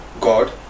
God